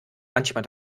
manchmal